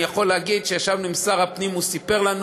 אני יכול להגיד שכשישבנו עם שר הפנים הוא סיפר לנו